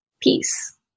peace